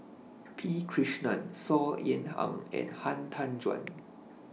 P Krishnan Saw Ean Ang and Han Tan Juan